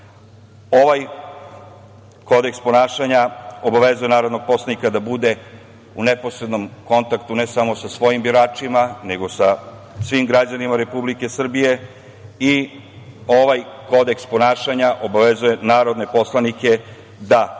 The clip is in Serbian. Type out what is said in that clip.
narodnih poslanika, obavezuje narodnog poslanika da bude u neposrednom kontaktu ne samo sa svojim biračima nego sa svim građanima Republike Srbije i ovaj kodeks ponašanja obavezuje narodne poslanike da ne